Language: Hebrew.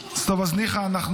ניחא,